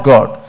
God